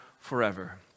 forever